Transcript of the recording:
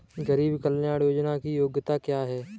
गरीब कल्याण योजना की योग्यता क्या है?